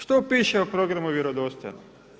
Što piše u programu „Vjerodostojno“